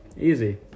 easy